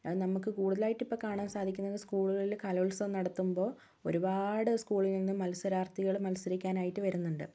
അത് നമുക്ക് കൂടുതലായിട്ട് ഇപ്പോൾ കാണാൻ സാധിക്കുന്നത് സ്കൂളുകളിൽ കലോത്സവം നടത്തുമ്പോൾ ഒരുപാട് സ്കൂളിൽ നിന്നും മത്സരാർത്ഥികൾ മത്സരിക്കാനായിട്ട് വരുന്നുണ്ട്